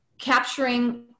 capturing